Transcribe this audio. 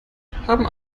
haben